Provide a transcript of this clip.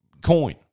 coin